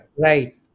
Right